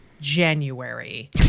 January